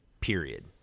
Period